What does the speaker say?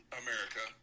america